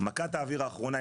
מכת האויר האחרונה,